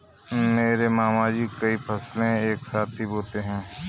मेरे मामा जी कई फसलें एक साथ ही बोते है